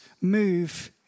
move